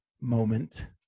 moment